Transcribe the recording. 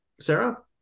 Sarah